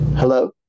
Hello